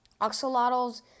Oxalotls